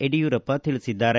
ಯಡಿಯೂರಪ್ಪ ತಿಳಿಸಿದ್ದಾರೆ